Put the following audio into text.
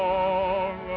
Long